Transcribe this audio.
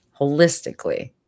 holistically